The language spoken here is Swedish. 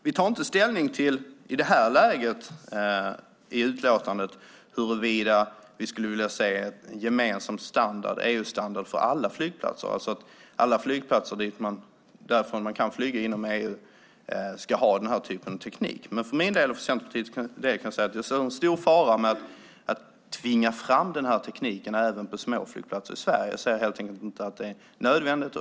Vi tar inte i det här läget i utlåtandet ställning till huruvida vi skulle vilja se en gemensam EU-standard för alla flygplatser, alltså om alla flygplatser varifrån man kan flyga inom EU ska ha den här typen av teknik. Men för min och för Centerpartiets del ser vi en stor fara med att tvinga fram den här tekniken även på småflygplatser i Sverige. Vi ser det helt enkelt inte som nödvändigt.